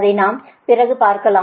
அதை நாம் பிறகு பார்க்கலாம்